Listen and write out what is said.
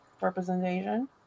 representation